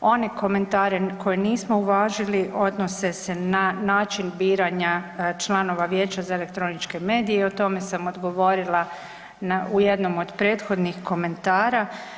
One komentare koje nismo uvažili odnose se na način biranja članova Vijeća za elektroničke medije i o tome sam odgovorila u jednom od prethodnih komentara.